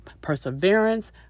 perseverance